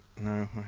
no